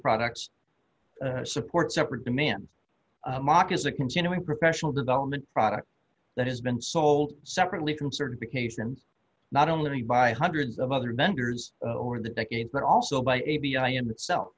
products support separate demands mark is a continuing professional development product that has been sold separately from certifications not only by hundreds of other vendors or in the decades but also by a b i and itself